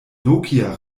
nokia